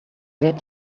get